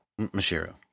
Mashiro